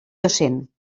docent